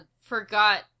forgot